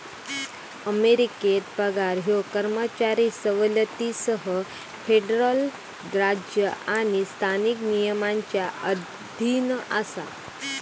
अमेरिकेत पगार ह्यो कर्मचारी सवलतींसह फेडरल राज्य आणि स्थानिक नियमांच्या अधीन असा